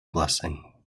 blessing